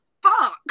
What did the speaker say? Fuck